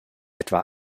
etwa